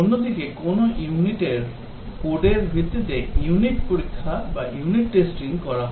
অন্যদিকে কোনও ইউনিটের কোডের ভিত্তিতে ইউনিট পরীক্ষা করা হয়